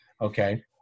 Okay